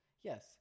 yes